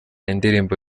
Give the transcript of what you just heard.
indirimbo